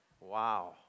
Wow